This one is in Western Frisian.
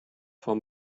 fan